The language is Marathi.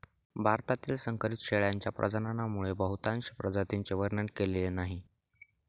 भारतातील संकरित शेळ्यांच्या प्रजननामुळे बहुतांश प्रजातींचे वर्णन केलेले नाही